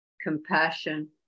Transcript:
compassion